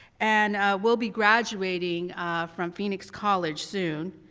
and will be graduating from phoenix college soon.